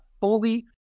fully